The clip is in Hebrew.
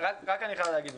סליחה, אני חייב לומר משהו.